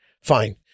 fine